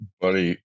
Buddy